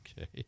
Okay